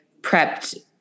prepped